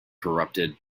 corrupted